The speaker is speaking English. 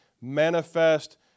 manifest